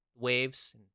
waves